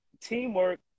teamwork